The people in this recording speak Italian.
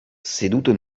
seduto